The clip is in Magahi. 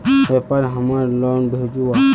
व्यापार हमार लोन भेजुआ?